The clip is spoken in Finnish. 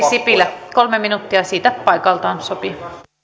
sipilä kolme minuuttia siitä paikalta sopii